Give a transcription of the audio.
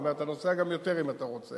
זאת אומרת אתה נוסע גם יותר אם אתה רוצה,